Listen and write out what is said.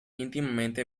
íntimamente